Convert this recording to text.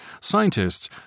Scientists